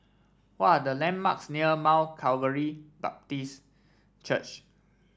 what are the landmarks near Mount Calvary Baptist Church